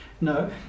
No